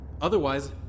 Otherwise